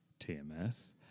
TMS